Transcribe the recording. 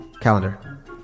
Calendar